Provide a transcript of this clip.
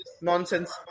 nonsense